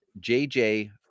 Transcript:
JJ